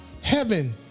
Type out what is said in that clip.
heaven